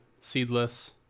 Seedless